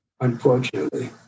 unfortunately